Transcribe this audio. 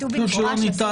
כתוב במפורש שלא ניתן לכרוך.